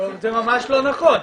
אבל זה ממש לא נכון.